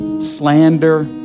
slander